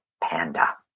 panda